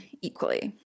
equally